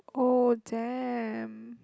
oh damn